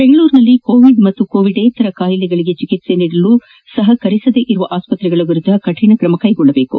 ಬೆಂಗಳೂರಿನಲ್ಲಿ ಕೋವಿಡ್ ಮತ್ತು ಕೋವಿಡ್ಯೇತರ ಕಾಯಿಲೆಗಳಿಗೆ ಚಿಕಿತ್ವೆ ನೀಡಲು ಸಹಕರಿಸದೇ ಇರುವ ಆಸ್ಪತ್ರೆಗಳ ವಿರುದ್ದ ಕಠಿಣ ಕ್ರಮ ಕೈಗೊಳ್ಳಬೇಕು